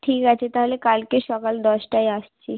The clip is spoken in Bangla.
ঠিক আছে তাহলে কালকে সকাল দশটায় আসছি